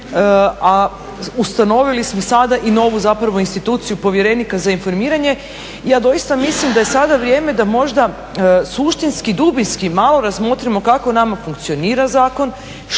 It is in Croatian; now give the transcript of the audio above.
a ustanovili smo sada i novu zapravo instituciju povjerenika za informiranje. Ja doista mislim da je sada vrijeme da možda suštinski i dubinski malo razmotrimo kako nama funkcionira zakon,